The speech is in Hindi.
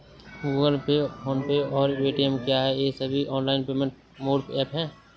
गूगल पे फोन पे और पेटीएम क्या ये सभी ऑनलाइन पेमेंट मोड ऐप हैं?